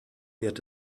wird